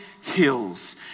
hills